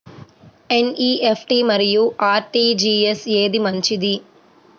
NEFT మరియు RTGS ఏది మంచిది?